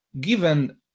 Given